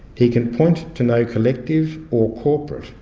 he can point to no collective or corporate,